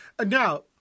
Now